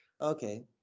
Okay